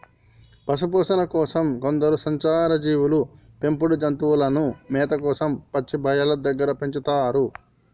పశుపోషణ కోసం కొందరు సంచార జీవులు పెంపుడు జంతువులను మేత కోసం పచ్చిక బయళ్ళు దగ్గర పెంచుతారు